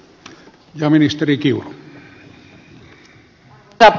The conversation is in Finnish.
arvoisa puhemies